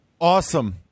Awesome